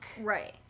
right